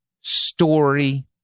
story